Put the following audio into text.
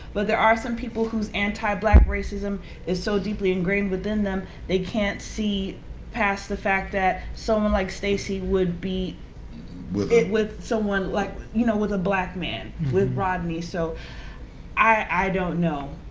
but there are some people whose anti-black racism is so deeply ingrained within them they can't see past the fact that someone like stacey would be with him. with someone like, you know with a black man, with rodney. so i don't know.